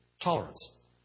Tolerance